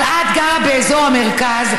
אבל את גרה באזור המרכז.